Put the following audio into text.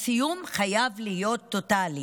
"הסיום חייב להיות טוטלי"